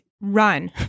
run